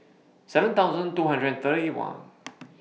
seven thousand two hundred and thirty one